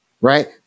Right